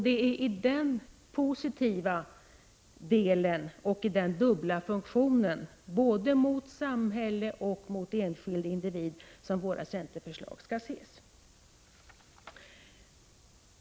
Det är i en sådan positiv anda och i den dubbla funktionen — både mot samhället och mot enskilda individer — som våra centerförslag skall ses.